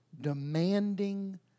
demanding